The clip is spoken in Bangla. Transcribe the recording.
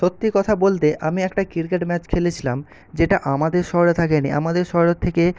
সত্যি কথা বলতে আমি একটা ক্রিকেট ম্যাচ খেলেছিলাম যেটা আমাদের শহরে থাকেনি আমাদের শহরের থেকে